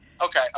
Okay